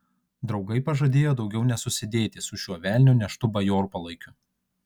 draugai pažadėjo daugiau nesusidėti su šiuo velnio neštu bajorpalaikiu